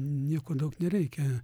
nieko daug nereikia